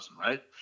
right